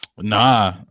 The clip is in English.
Nah